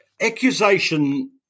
accusation